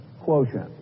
quotient